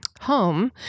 home